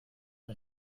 der